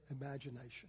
imagination